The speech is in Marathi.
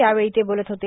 त्यावेळी ते बोलत होते